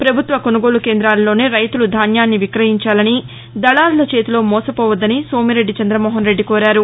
పభుత్వ కొనుగోలు కేందాలలోనే రైతులు ధాన్యాన్ని విక్రయించాలని దళారుల చేతిలో మోసపోవద్దని సోమిరెడ్ది చంద్రమోహన్ రెడ్ది కోరారు